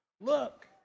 look